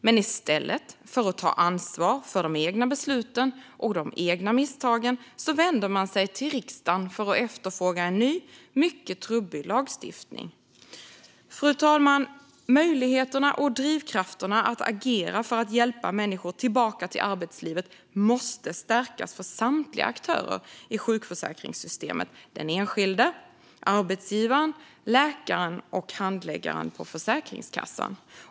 Men i stället för att ta ansvar för de egna besluten och de egna misstagen vänder man sig till riksdagen för att efterfråga en ny, mycket trubbig lagstiftning. Fru talman! Möjligheterna och drivkrafterna att agera för att hjälpa människor tillbaka till arbetslivet måste stärkas för samtliga aktörer i sjukförsäkringssystemet: den enskilde, arbetsgivaren, läkaren och handläggaren på Försäkringskassan.